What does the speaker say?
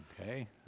Okay